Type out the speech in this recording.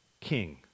king